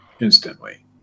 instantly